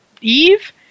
Eve